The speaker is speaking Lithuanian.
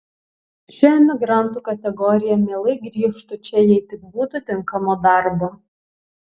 ši emigrantų kategorija mielai grįžtu čia jei tik būtų tinkamo darbo